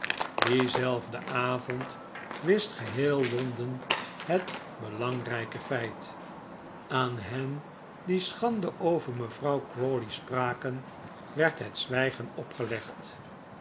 dienzelfden avond wist geheel londen het belangrijke feit aan hen die schande over mevrouw crawley spraken werd het zwijgen opgelegd